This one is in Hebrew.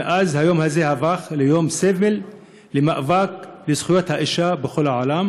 מאז היום הפך ליום סמל למאבק לזכויות האישה בכל העולם.